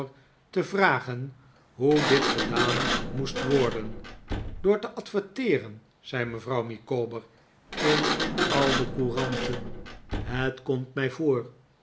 te vragen hoe dit gedaan moest worden door te adverteeren zei mevrouw micawber in al de couranten het komt mij voor